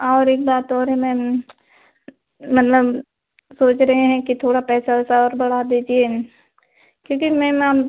और एक बात और है मैम मल्लम सोच रहे हैं कि थोड़ा पैसा वैसा और बढ़ा दीजिए क्योंकि मैम हम